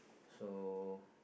so